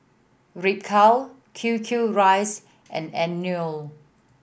Ripcurl Q Q Rice and Anello